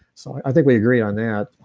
so, i think we agreed on that